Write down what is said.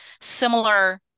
similar